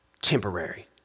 temporary